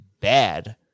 bad